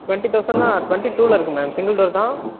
twenty தௌசண்ட்னா twenty டூவில இருக்கு மேம் சிங்கிள் டோர் தான்